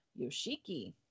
Yoshiki